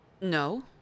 No